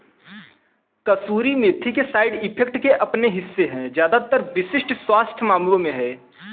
कसूरी मेथी के side effects के अपने हिस्से है ज्यादातर विशिष्ट स्वास्थ्य मामलों में है